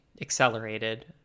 accelerated